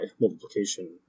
multiplication